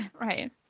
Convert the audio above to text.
Right